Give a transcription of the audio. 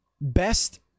best